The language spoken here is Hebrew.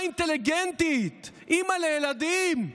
אישה אינטליגנטית, אימא לילדים.